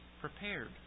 prepared